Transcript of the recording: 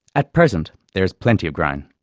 at present there is plenty of grain.